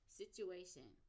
situation